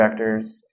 vectors